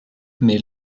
mais